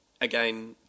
Again